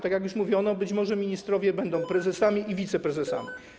Tak jak już mówiono, być może ministrowie będą prezesami i wiceprezesami.